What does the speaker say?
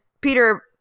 Peter